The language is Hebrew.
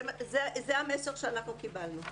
זה המסר שאנחנו קיבלנו.